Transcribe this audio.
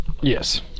Yes